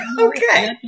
okay